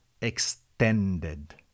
extended